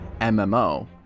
MMO